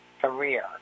career